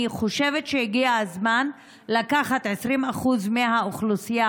אני חושבת שהגיע הזמן להביא 20% מהאוכלוסייה